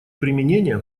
применения